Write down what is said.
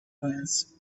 glance